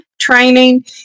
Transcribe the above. training